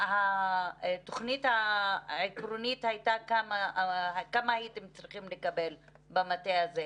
לפי התוכנית העקרונית כמה עובדים הייתם צריכים לקבל למטה הזה?